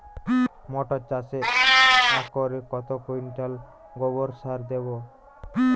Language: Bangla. মটর চাষে একরে কত কুইন্টাল গোবরসার দেবো?